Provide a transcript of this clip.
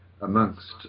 amongst